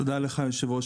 תודה אדוני היושב-ראש.